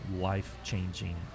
life-changing